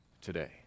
today